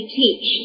teach